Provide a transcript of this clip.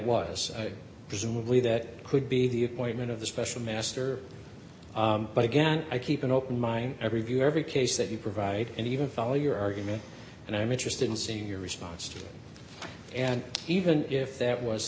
was presumably that could be the appointment of the special master but again i keep an open mind every view every case that you provide and even follow your argument and i'm interested in seeing your response to that and even if that was t